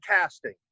casting